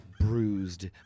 bruised